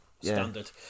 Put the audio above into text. standard